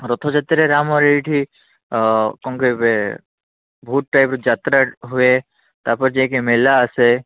ରଥଯାତ୍ରାରେ ଆମର ଏଇଠି କ'ଣ କହିବେ ବହୁତ ଟାଇପ୍ର ଯାତ୍ରା ହୁଏ ତା'ପରେ ଯାଇକି ମେଳା ଆସେ